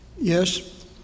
Yes